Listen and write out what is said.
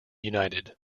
united